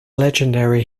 legendary